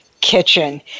Kitchen